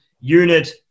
unit